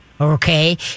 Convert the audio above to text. Okay